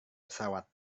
pesawat